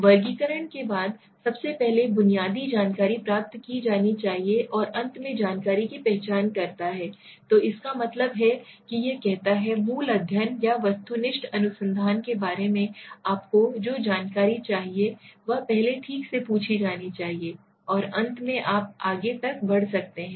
वर्गीकरण के बाद सबसे पहले बुनियादी जानकारी प्राप्त की जानी चाहिए और अंत में जानकारी की पहचान करता है तो इसका मतलब है कि यह कहता है मूल अध्ययन या वस्तुनिष्ठ अनुसंधान के बारे में आपको जो जानकारी चाहिए वह पहले ठीक से पूछी जानी चाहिए और अंत में आप आगे तक बढ़ सकते हैं